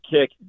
kick